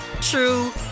true